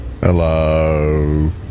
Hello